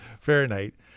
Fahrenheit